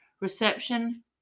reception